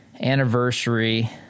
anniversary